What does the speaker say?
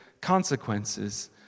consequences